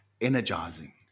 energizing